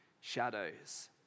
shadows